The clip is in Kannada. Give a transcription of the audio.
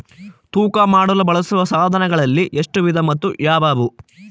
ತೂಕ ಮಾಡಲು ಬಳಸುವ ಸಾಧನಗಳಲ್ಲಿ ಎಷ್ಟು ವಿಧ ಮತ್ತು ಯಾವುವು?